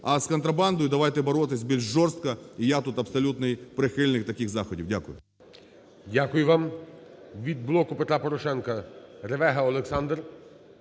А з контрабандою давайте боротись більш жорстко, і я тут абсолютний прихильник таких заходів. Дякую. ГОЛОВУЮЧИЙ. Дякую вам. Від "Блоку Петра Порошенка" Ревега Олександр.